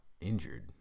injured